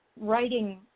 Writing